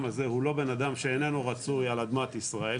הזה הוא בן אדם שאיננו רצוי על אדמת ישראל,